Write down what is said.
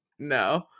no